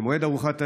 במועד ארוחת הערב,